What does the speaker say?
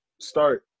start